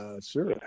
sure